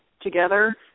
together